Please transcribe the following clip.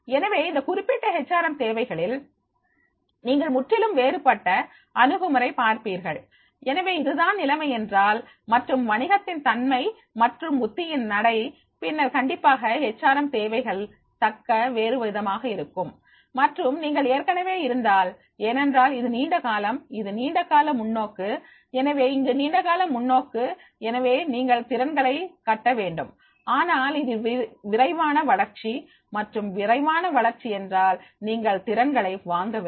எனவே இந்த குறிப்பிட்ட ஹச் ஆர் எம் தேவைகளில் நீங்கள் முற்றிலும் வேறுபட்ட அணுகுமுறை பார்ப்பீர்கள்எனவே இதுதான் நிலைமை என்றால் மற்றும் வணிகத்தின் தன்மை மற்றும் உத்தியின் நடை பின்னர் கண்டிப்பாக ஹச் ஆர் எம் தேவைகள் தக்க வேறுவிதமாக இருக்கும் மற்றும் நீங்கள் ஏற்கனவே இருந்தால் ஏனென்றால் இது நீண்ட காலம் இது நீண்ட கால முன்னோக்கு எனவே இங்கு நீண்ட கால முன்னோக்கு எனவே நீங்கள் திறன்களை கட்ட வேண்டும் ஆனால் இது விரைவான வளர்ச்சி மற்றும் விரைவான வளர்ச்சி என்றால் நீங்கள் திறன்களை வாங்க வேண்டும்